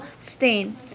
Stain